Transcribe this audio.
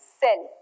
cell